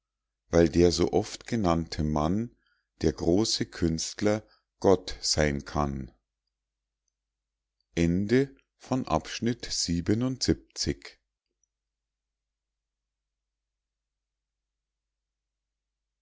weil der so oft genannte mann der große künstler gott seyn kann